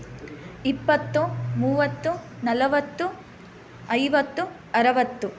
ಇಪ್ಪತ್ತು ಮೂವತ್ತು ನಲವತ್ತು ಐವತ್ತು ಅರವತ್ತು